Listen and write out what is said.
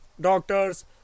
doctors